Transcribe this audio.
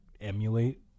emulate